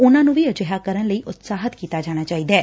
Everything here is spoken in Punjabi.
ਉਨ੍ਹਾ ਨੂੰ ਅਜਿਹਾ ਕਰਨ ਲਈ ਉਤਸ਼ਾਹਿਤ ਕੀਤਾ ਜਾਣਾ ਚਾਹੀਦਾ ਐ